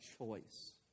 choice